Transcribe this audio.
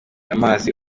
amazi